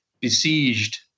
besieged